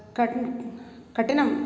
कट्ण् कठिनम्